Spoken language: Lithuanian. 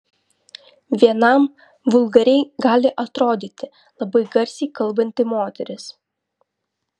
vienam vulgariai gali atrodyti labai garsiai kalbanti moteris